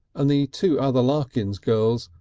and the two other larkins girls,